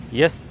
yes